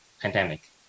pandemic